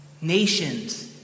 Nations